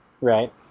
Right